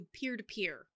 peer-to-peer